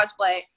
cosplay